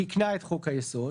תיקנה את חוק-היסוד,